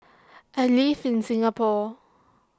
I live in Singapore